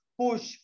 push